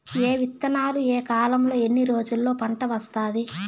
ఏ విత్తనాలు ఏ కాలంలో ఎన్ని రోజుల్లో పంట వస్తాది?